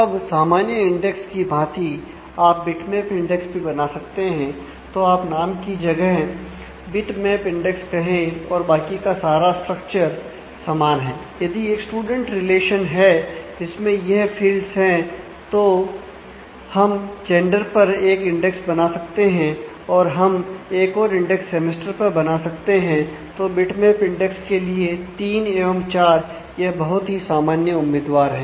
अब सामान्य इंडेक्स के भांति आप बिटमैप इंडेक्स पर बना सकते हैं तो बिटमैप इंडेक्स के लिए तीन एवं चार यह बहुत ही सामान्य उम्मीदवार हैं